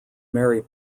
mary